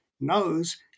knows